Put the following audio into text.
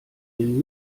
den